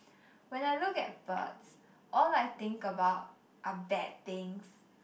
when I look at birds all I think about are bad things